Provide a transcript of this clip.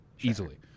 easily